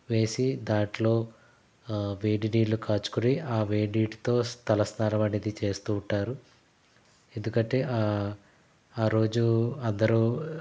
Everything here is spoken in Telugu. వేసి దాంట్లో వేడి నీళ్ళు కాచుకొని ఆ వేడి నీటితో తలస్నానం అనేది చేస్తూ ఉంటారు ఎందుకంటే ఆ రోజు అందరూ